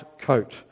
coat